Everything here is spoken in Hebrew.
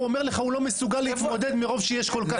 הוא אומר לך הוא לא מסוגל להתמודד מרוב שיש כל כך הרבה.